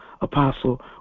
Apostle